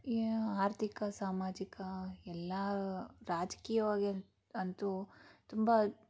ಆರ್ಥಿಕ ಸಾಮಾಜಿಕ ಎಲ್ಲ ರಾಜಕೀಯವಾಗಿ ಅಂತೂ ತುಂಬ